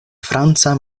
franca